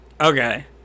Okay